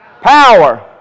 Power